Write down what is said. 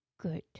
good